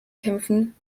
kämpfen